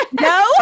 No